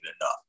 enough